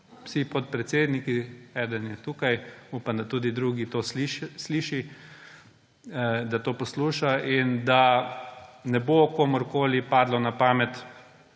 vsi podpredsedniki – eden je tukaj, upam, da tudi drugi to sliši – to poslušajo in da ne bo komurkoli padlo na pamet,